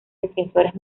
defensores